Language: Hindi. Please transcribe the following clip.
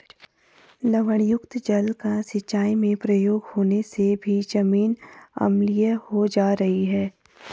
लवणयुक्त जल का सिंचाई में प्रयोग होने से भी जमीन अम्लीय हो जा रही है